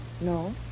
No